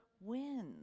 wins